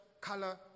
color